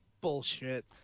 bullshit